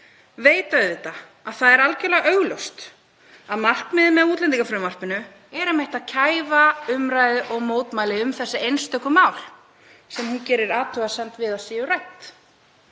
veit auðvitað að það er algjörlega augljóst að markmiðið með útlendingafrumvarpinu er einmitt að kæfa umræðu og mótmæli um þessi einstöku mál sem hún gerir athugasemd við að séu rædd.